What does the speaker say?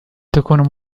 تكون